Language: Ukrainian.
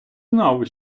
знав